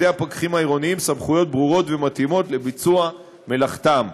הפקחים העירוניים סמכויות ברורות ומתאימות לביצוע מלאכתם.